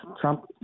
Trump